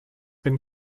been